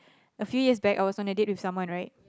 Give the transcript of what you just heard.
a few years back I was on a date with someone right